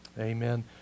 Amen